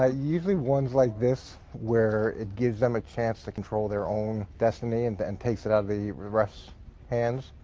ah usually ones like this where it gives them a chance to control their own destiny and and takes it out of the refs' hands,